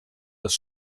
des